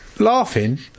laughing